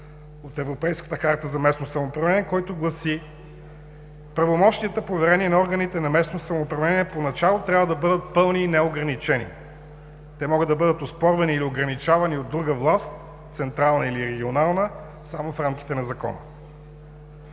от Европейската харта за местно самоуправление, който гласи: „Правомощията, поверени на органите на местно самоуправление, поначало трябва да бъдат пълни и неограничени. Те могат да бъдат оспорвани или ограничавани от друга власт – централна или регионална, само в рамките на закона“.